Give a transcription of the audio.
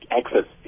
access